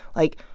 like,